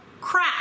crap